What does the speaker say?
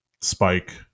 spike